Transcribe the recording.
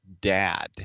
dad